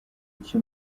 iki